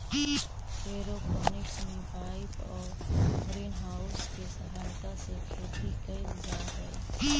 aeroponics में pipe आउ greenhouse के सहायता से खेती कैल जा हइ